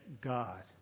God